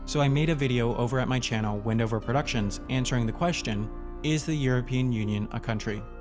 so i made a video over at my channel wendover productions answering the question is the european union a country?